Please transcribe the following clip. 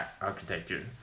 architecture